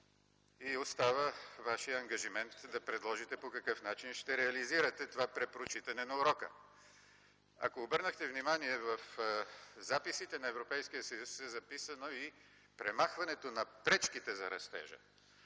Остава Вашият ангажимент да предложите по какъв начин ще реализирате това препрочитане на урока. Ако обърнахте внимание, в записите на Европейския съюз е записано и премахването на пречките за растежа.